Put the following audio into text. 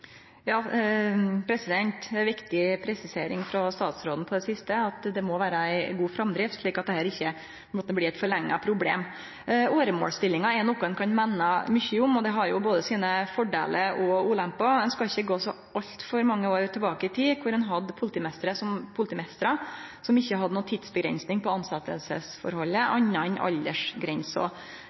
viktig presisering frå statsråden av det siste, at det må vere ei god framdrift, slik at dette ikkje blir eit forlengt problem. Åremålsstillingar er noko ein kan meine mykje om, og det har både fordelar og ulemper. Ein skal ikkje gå så altfor mange år tilbake i tid før ein hadde politimeistrar som ikkje hadde noka tidsavgrensing for tilsetjingsforholdet anna enn aldersgrensa.